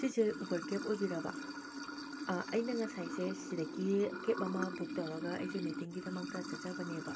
ꯁꯤꯁꯦ ꯎꯕꯔ ꯀꯦꯞ ꯑꯣꯏꯕꯤꯔꯕꯥ ꯑꯩꯅ ꯉꯁꯥꯏꯁꯦ ꯁꯤꯗꯒꯤ ꯀꯦꯞ ꯑꯃ ꯕꯨꯛ ꯇꯧꯔꯒ ꯑꯩꯁꯦ ꯃꯤꯇꯤꯡꯒꯤꯗꯃꯛꯇ ꯆꯠꯆꯕꯅꯦꯕ